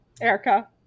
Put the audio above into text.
Erica